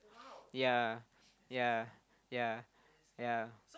yeah yeah yeah yeah